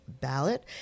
ballot